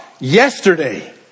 yesterday